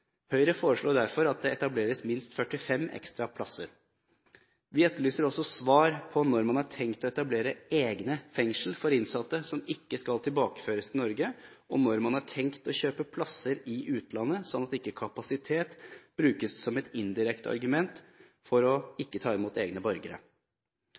Høyre foreslo derfor at det etableres minst 45 ekstra plasser. Vi etterlyser også svar på når man har tenkt å etablere egne fengsler for innsatte som ikke skal tilbakeføres til Norge, og når man har tenkt å kjøpe plasser i utlandet, slik at ikke kapasitet brukes som et indirekte argument for ikke å